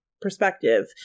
perspective